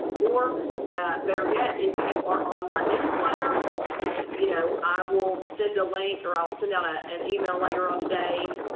or better yet, if you are on my newsletter you know i will send a link or i'll send out an email later on a day.